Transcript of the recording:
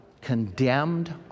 Condemned